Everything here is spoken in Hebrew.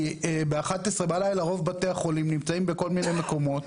כי ב-11 בלילה רוב בתי החולים נמצאים בכל מיני מקומות